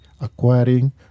acquiring